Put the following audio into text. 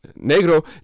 negro